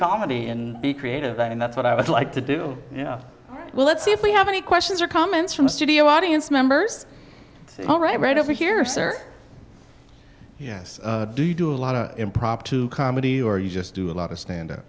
comedy and be creative and that's what i would like to do you know well let's see if we have any questions or comments from a studio audience members oh right right over here sir yes do you do a lot of impromptu comedy or you just do a lot of stand up